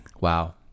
Wow